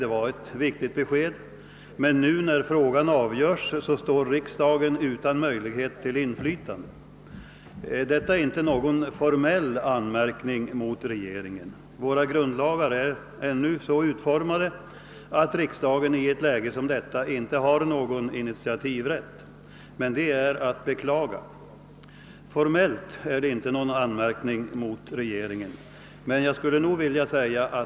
Det var ett viktigt besked. Men när frågan nu avgöres står riksdagen utan möjlighet att öva inflytande. Detta är inte någon formell anmärkning mot regeringen. Våra grundlagar är ännu så utformade att riksdagen i ett läge som detta inte har någon initiativrätt, vilket är att beklaga.